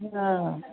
अ